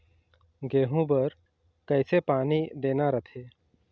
गेहूं बर कइसे पानी देना रथे?